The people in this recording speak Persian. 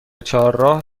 چهارراه